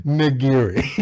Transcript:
nigiri